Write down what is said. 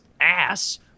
ass